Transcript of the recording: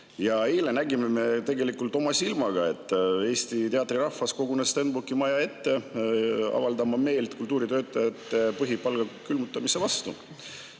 Eile nägime me tegelikult oma silmaga, et Eesti teatrirahvas kogunes Stenbocki maja ette avaldama meelt kultuuritöötajate põhipalga külmutamise vastu. Te